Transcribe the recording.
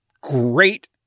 great